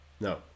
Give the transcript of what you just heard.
No